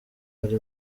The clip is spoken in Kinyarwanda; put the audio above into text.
ari